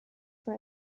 for